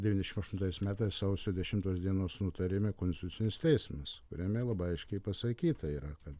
devyniasdešim aštuntais metais sausio dešimtos dienos nutarime konstitucinis teismas kuriame labai aiškiai pasakyta yra kad